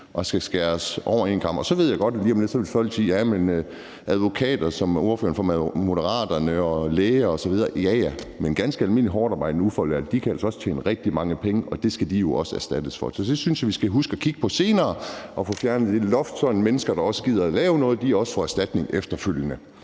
at skære alle over én kam. Så ved jeg godt, at lige om lidt vil folk sige: Jamen det er advokater som f.eks. ordføreren for Moderaterne og læger osv., der gør det. Ja ja, men ganske almindelige hårdtarbejdende ufaglærte kan altså også tjene rigtig mange penge, og de skal jo også have erstatning. Så jeg synes, at vi skal huske at kigge på det senere og få fjernet det loft, sådan at mennesker, der gider at lave noget, også får erstatning efterfølgende.